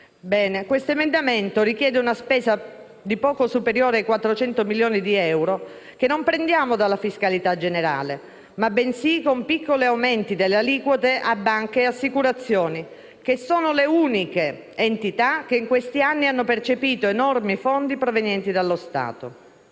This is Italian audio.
questo emendamento richiede una spesa poco superiore ai 400 milioni di euro che non prenderemo dalla fiscalità generale, bensì da piccoli aumenti delle aliquote a banche e assicurazioni, che sono le uniche entità che in questi anni hanno percepito enormi fondi provenienti dallo Stato.